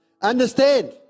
Understand